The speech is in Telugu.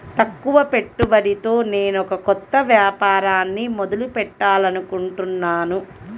తక్కువ పెట్టుబడితో నేనొక కొత్త వ్యాపారాన్ని మొదలు పెట్టాలనుకుంటున్నాను